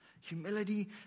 Humility